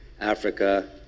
africa